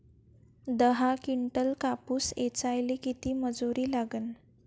दहा किंटल कापूस ऐचायले किती मजूरी लागन?